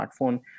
smartphone